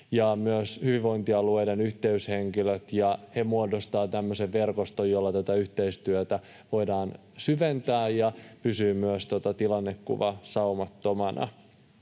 myös hyvinvointialueiden yhteyshenkilöt, ja he muodostavat tämmöisen verkoston, jolla tätä yhteistyötä voidaan syventää ja pysyy myös tilannekuva saumattomana.